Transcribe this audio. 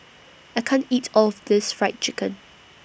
I can't eat All of This Fried Chicken